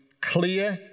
clear